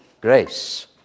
grace